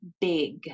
big